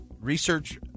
research